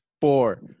four